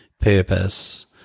purpose